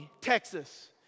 Texas